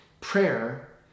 Prayer